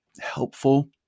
helpful